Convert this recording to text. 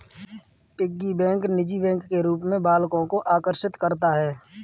piggy bank निजी bank के रूप में बालकों को आकर्षित करता है